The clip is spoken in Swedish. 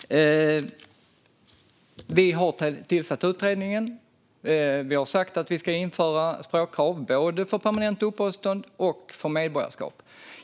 Fru talman! Vi har tillsatt utredningen. Vi har sagt att vi ska införa språkkrav, både för permanent uppehållstillstånd och för medborgarskap.